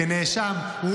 כנאשם?